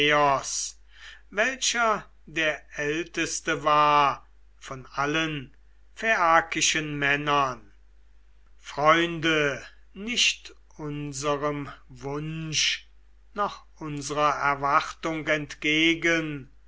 welcher der älteste war von allen phaiakischen männern freunde nicht unserem wunsch noch unsrer erwartung entgegen